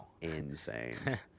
insane